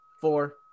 Four